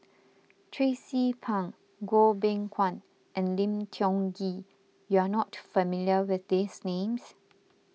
Tracie Pang Goh Beng Kwan and Lim Tiong Ghee you are not familiar with these names